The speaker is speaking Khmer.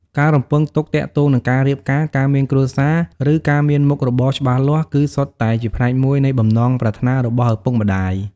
ការរំពឹងទុកទាក់ទងនឹងការរៀបការ ការមានគ្រួសារ ឬការមានមុខរបរច្បាស់លាស់ គឺសុទ្ធតែជាផ្នែកមួយនៃបំណងប្រាថ្នារបស់ឪពុកម្ដាយ។